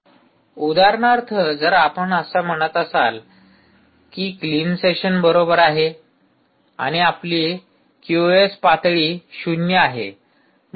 उदाहरणार्थ जर आपण असे म्हणत असाल कि क्लीन सेशन बरोबर आहे आणि आपले क्यूओस पातळी ० आहे